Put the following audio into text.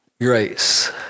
grace